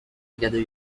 together